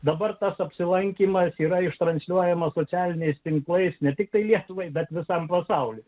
dabar tas apsilankymas yra ir transliuojama socialiniais tinklais ne tiktai lietuvai bet visam pasauliui